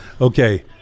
Okay